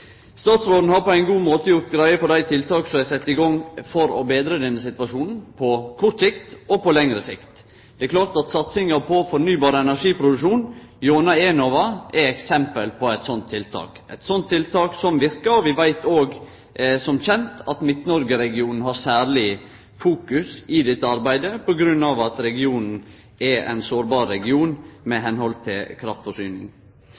Statsråden har på ein god måte gjort greie for dei tiltaka som er sette i gang for å betre denne situasjonen på kort og lang sikt. Det er klart at satsinga på fornybar energiproduksjon gjennom Enova er eksempel på eit slikt tiltak – eit tiltak som verkar. Vi veit òg, som kjent, at Midt-Noreg-regionen har særleg fokus på dette arbeidet på grunn av at regionen er ein sårbar region med omsyn til kraftforsyning.